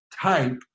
type